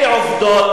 אלה עובדות.